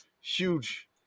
huge